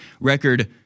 record